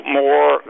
more